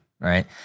right